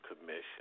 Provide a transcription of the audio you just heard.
Commission